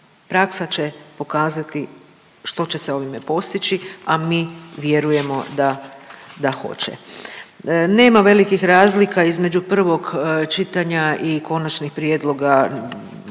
praksa će pokazati što će ovime postići, a mi vjerujemo da, da hoće. Nema velikih razlika između prvog čitanja i konačnih prijedloga,